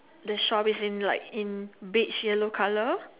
the shop is in like in beige yellow colour